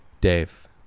Dave